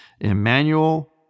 Emmanuel